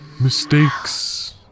Mistakes